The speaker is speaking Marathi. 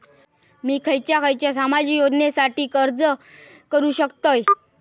मी खयच्या खयच्या सामाजिक योजनेसाठी अर्ज करू शकतय?